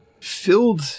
filled